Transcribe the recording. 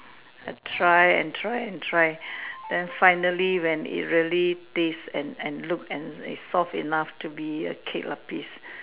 I try and try and try then finally when it really tastes and and look it's soft enough to be a kuih-lapis